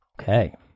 Okay